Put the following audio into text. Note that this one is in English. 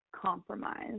compromise